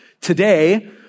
Today